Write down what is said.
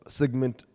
segment